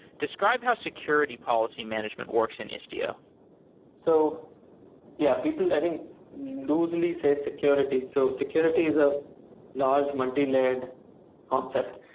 describe how security policy management works in istio so yeah, people i think loosely say security. so security is a large multi-layered concept.